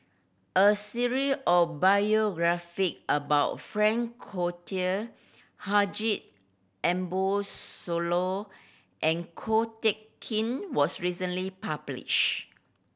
a series of biography about Frank Cloutier Haji Ambo Sooloh and Ko Teck Kin was recently publish